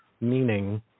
meaning